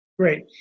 Great